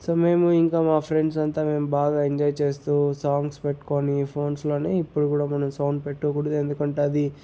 so మేము ఇంకా మా ఫ్రెండ్స్ అంతా మేము బాగా ఎంజాయ్ చేస్తూ సాంగ్స్ పెట్టుకొని ఫోన్స్ లోని ఇప్పుడు కూడా మనం సౌండ్ పెట్టకూడదు ఎందుకంటే అది